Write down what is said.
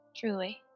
Truly